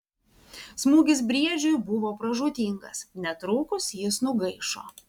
smūgis briedžiui buvo pražūtingas netrukus jis nugaišo